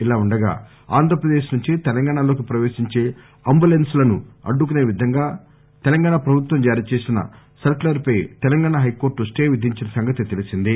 ఇలా ఉండగా ఆంధ్రప్రదేశ్ నుంచి తెలంగాణలోకి ప్రవేశించే అంటులెన్స్ లను అడ్డుకునే విధంగా ప్రభుత్వం జారీ చేసిన సర్కులర్ పై తెలంగాణ హైకోర్టు స్టే విధించిన సంగతి తెలిసిందే